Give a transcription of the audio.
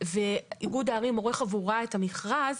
ואיגוד הערים עורך עבורה את המכרז,